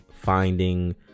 finding